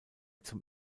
zum